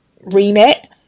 remit